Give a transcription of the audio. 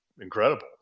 incredible